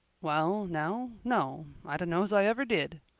well now, no, i dunno's i ever did,